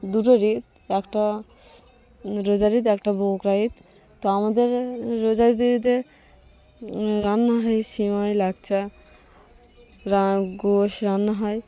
দুটো ঈদ একটা রোজার ঈদ একটা বাকরা ঈদ তো আমাদের রোজার ঈদে রান্না হয় সেমাই লাচ্ছা গোষ রান্না হয়